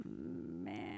man